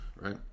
right